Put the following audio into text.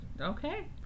Okay